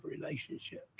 relationships